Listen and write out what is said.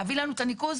להביא לנו את הניקוז,